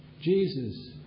Jesus